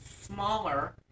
smaller